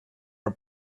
are